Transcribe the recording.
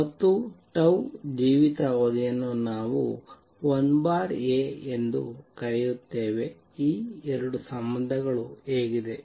ಮತ್ತು ಜೀವಿತಾವಧಿಯನ್ನು ನಾವು 1A ಎಂದು ಕರೆಯುತ್ತೇವೆ ಈ ಎರಡು ಸಂಬಂಧಗಳು ಹೇಗಿದೆ